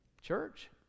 Church